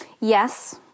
yes